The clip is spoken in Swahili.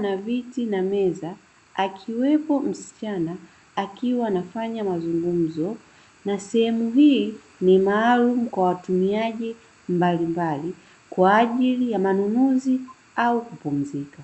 nabiti na meza akiwepo msichana akiwa anafanya ma zungumzo na sehemu hii ni maalum kwa watumiaji mbalimbali kwa ajili ya manunuzi au kupumzika.